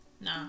nah